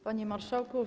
Panie Marszałku!